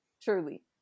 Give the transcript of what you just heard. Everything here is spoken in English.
Truly